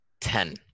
ten